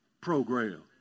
program